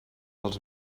dels